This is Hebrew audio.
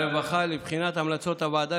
והרווחה לבחינת המלצות הוועדה,